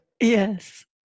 Yes